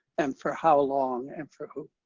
and for how long and for who.